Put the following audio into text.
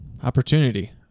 opportunity